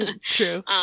True